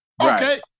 Okay